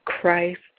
Christ